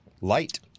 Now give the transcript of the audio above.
light